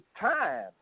time